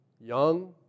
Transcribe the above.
young